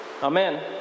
Amen